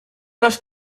les